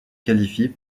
qualifie